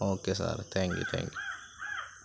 okay sir thank you thank you